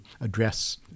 address